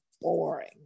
boring